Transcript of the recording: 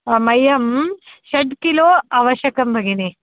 मह्यं षड् किलो अवश्यकं भगिनि